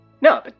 No